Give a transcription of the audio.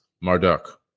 Marduk